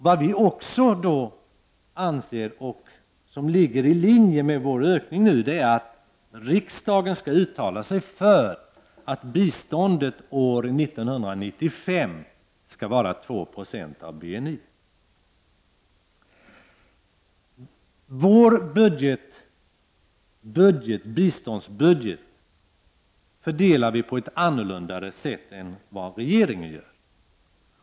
Vi anser också, och det ligger i linje med vårt förslag, att riksdagen nu skall uttala sig för att biståndet år 1995 skall vara 2 70 av BNI. Vi fördelar vår biståndsbudget på ett annat sätt än regeringen gör.